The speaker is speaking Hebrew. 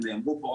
הם נאמרו פה,